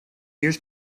years